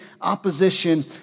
opposition